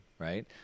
right